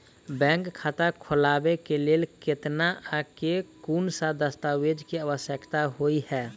Bank खाता खोलबाबै केँ लेल केतना आ केँ कुन सा दस्तावेज केँ आवश्यकता होइ है?